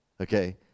okay